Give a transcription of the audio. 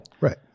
Right